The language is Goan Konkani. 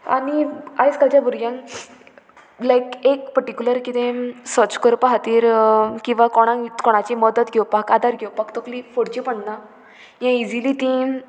आनी आयज कालच्या भुरग्यांक लायक एक पर्टिक्युलर कितें सर्च करपा खातीर किंवा कोणाक कोणाची मदत घेवपाक आदर घेवपाक तकली फोडची पडना हे इजिली ती